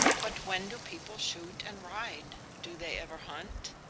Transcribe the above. but when do people shoot and ride do they ever hunt?